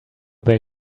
they